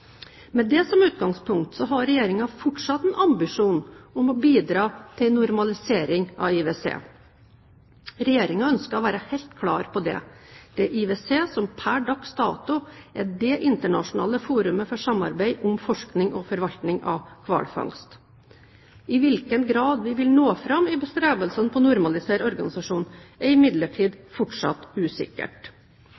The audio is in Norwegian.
Med det som utgangspunkt har Regjeringen fortsatt en ambisjon om å bidra til en normalisering av IWC. Regjeringen ønsker å være helt klar på det. Det er IWC som pr. dags dato er det internasjonale forumet for samarbeid om forskning og forvaltning av hvalfangst. I hvilken grad vi vil nå fram i bestrebelsene på å normalisere organisasjonen, er imidlertid